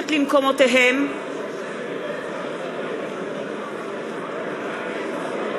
בקימה את פני נשיא המדינה.) (תרועת חצוצרות) נא לשבת.